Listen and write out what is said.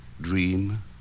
dream